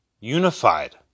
unified